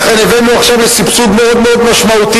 לכן הבאנו עכשיו לסבסוד מאוד מאוד משמעותי.